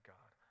God